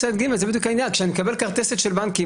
כשאני מקבל כרטסת של בנקים,